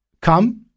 come